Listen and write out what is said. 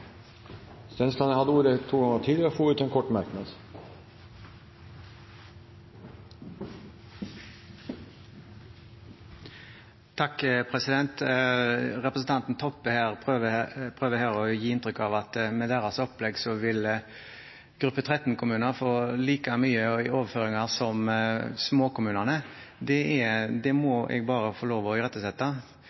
ordet to ganger tidligere og får ordet til en kort merknad, begrenset til 1 minutt. Representanten Toppe prøver her å gi inntrykk av at med deres opplegg vil gruppe 13-kommuner få like mye i overføringer som de små kommunene. Det må jeg bare få lov til å irettesette.